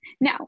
Now